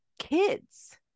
kids